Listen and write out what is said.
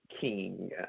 King